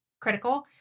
critical